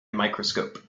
microscope